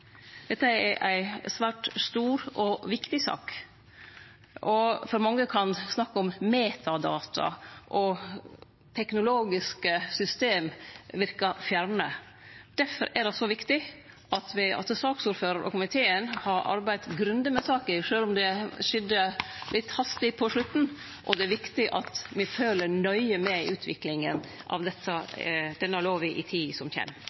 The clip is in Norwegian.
Dette er ei svært stor og viktig sak. For mange kan snakk om metadata og teknologiske system verke fjernt. Difor er det så viktig at saksordføraren og komiteen har arbeidt grundig med saka, sjølv om det skjedde litt hastig på slutten, og det er viktig at me fylgjer nøye med på utviklinga av denne lova i tida som kjem.